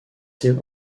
still